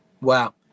Wow